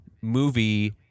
movie